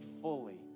fully